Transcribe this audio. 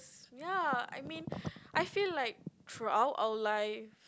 ya I mean I feel like throughout our life